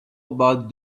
about